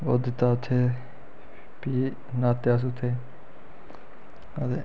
ओह् दित्ता उत्थें फ्ही न्हाते अस उत्थें हां ते